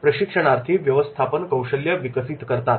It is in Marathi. प्रशिक्षणार्थी व्यवस्थापन कौशल्य विकसित करतात